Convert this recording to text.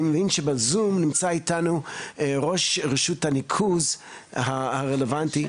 נמצא איתנו בזום ראש רשות הניקוז הנוכחי,